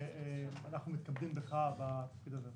אנחנו מתכבדים בך בתפקיד הזה.